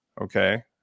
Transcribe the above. okay